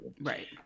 right